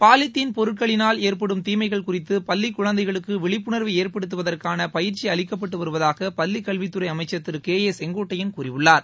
polythene பொருட்களினால் ஏற்படும் தீமைகள் குறித்து பள்ளிக் குழந்தைகளுக்கு விழிப்புணா்வை ஏற்படுத்தவதற்கான பயிற்சி அளிக்கப்பட்டு வருவதாக பள்ளிக் கல்வித்துறை அமைச்சா திரு கே ஏ செங்கோட்டையன் கூறியுள்ளார்